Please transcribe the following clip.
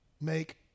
make